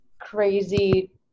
crazy